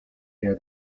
near